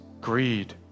greed